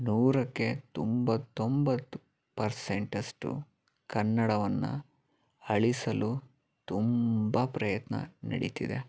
ನೂರಕ್ಕೆ ತೊಂಬತ್ತೊಂಬತ್ತು ಪರ್ಸೆಂಟಷ್ಟು ಕನ್ನಡವನ್ನು ಅಳಿಸಲು ತುಂಬ ಪ್ರಯತ್ನ ನಡಿತಿದೆ